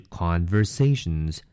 conversations